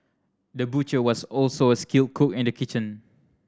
the butcher was also a skilled cook in the kitchen